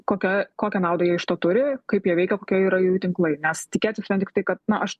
kokia kokią naudą jie iš to turi kaip jie veikia kokie yra jų tinklai nes tikėtis vien tiktai kad na aš